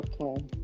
Okay